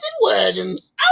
Wagons